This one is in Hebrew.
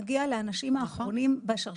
אבל גם לא ידעו להגיע לאנשים האחרונים בשרשרת,